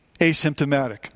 asymptomatic